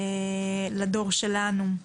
לדור שלנו.